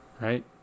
Right